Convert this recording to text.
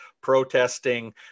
protesting